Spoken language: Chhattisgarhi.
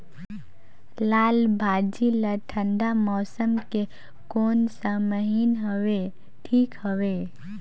लालभाजी ला ठंडा मौसम के कोन सा महीन हवे ठीक हवे?